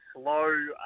slow